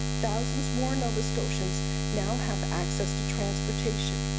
thousands more nova scotians now have access to transportation.